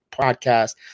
podcast